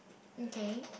okay